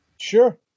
Sure